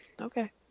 Okay